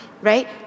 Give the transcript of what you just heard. right